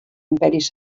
imperis